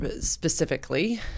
specifically –